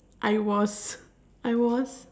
I was I was